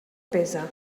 pesa